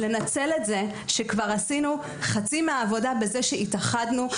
לנצל את זה שכבר עשינו חצי מהעבודה בזה שהתאחדנו.